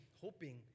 hoping